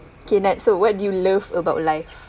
okay so what do you love about life